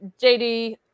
JD